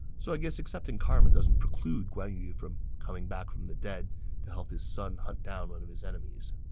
so i guess accepting karma doesn't preclude guan yu from coming back from the dead to help his son hunt down one of his enemies